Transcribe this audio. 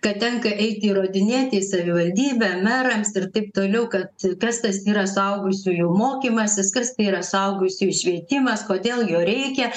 kad tenka eiti įrodinėti į savivaldybę merams ir taip toliau kad kas tas yra suaugusiųjų mokymasis kas tai yra suaugusiųjų švietimas kodėl jo reikia